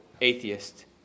atheist